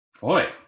Boy